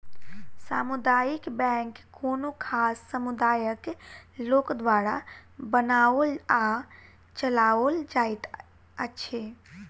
सामुदायिक बैंक कोनो खास समुदायक लोक द्वारा बनाओल आ चलाओल जाइत अछि